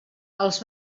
els